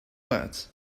words